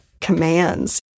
commands